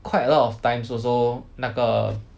quite a lot of times also 那个